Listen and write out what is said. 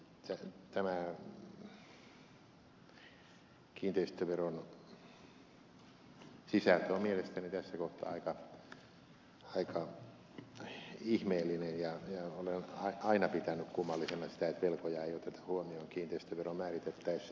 tämä kiinteistöveron sisältö on mielestäni tässä kohtaa aika ihmeellinen ja olen aina pitänyt kummallisena sitä että velkoja ei oteta huomioon kiinteistöveroa määritettäessä